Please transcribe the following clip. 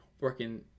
working